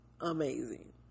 amazing